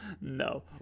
No